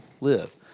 live